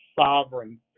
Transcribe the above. sovereign